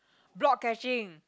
block catching